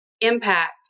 impact